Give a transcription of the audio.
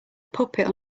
puppet